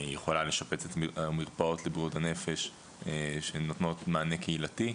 היא יכולה לשפץ את המרפאות לבריאות הנפש שנותנות מענה קהילתי,